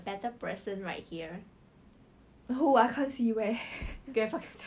oh now I remember how she looks like already